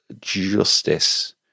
justice